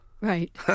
Right